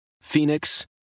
Phoenix